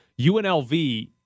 UNLV